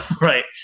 Right